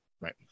right